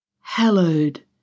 hallowed